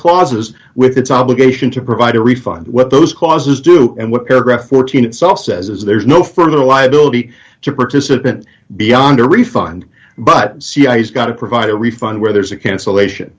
clauses with its obligation to provide a refund what those clauses do and what paragraph fourteen itself says as there's no further liability to participant beyond a refund but cia's got to provide a refund where there's a cancellation